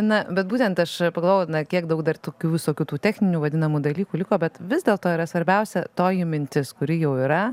na bet būtent aš pagalvojau na kiek daug dar tokių visokių tų techninių vadinamų dalykų liko bet vis dėlto yra svarbiausia toji mintis kuri jau yra